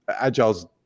Agile's